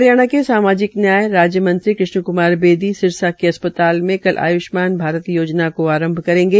हरियाणा के सामाजिक न्याय राज्य मंत्री कृष्ण क्मार बेदी सिरसा के अस्पताल में कल आय्ष्मान भारत योजना का आरंभ करेंगे